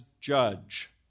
judge